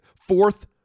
Fourth